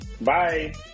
Bye